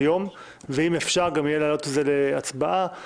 חוק ומשפט להקדמת הדיון בהצעת חוק סמכויות מיוחדות